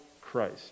Christ